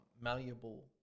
malleable